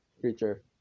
creature